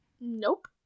Nope